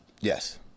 Yes